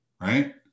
right